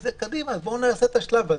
אז בואו נעשה את השלב הזה.